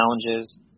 challenges